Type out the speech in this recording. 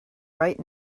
right